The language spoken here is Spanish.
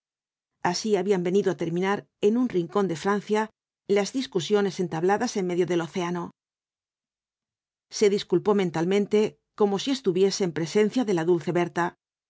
así habían venido á terminar en un rincón de francia las discusiones entabladas en medio del océano se disculpó mentalmente como si estuviese en presencia de la dulce berta